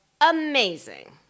amazing